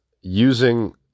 using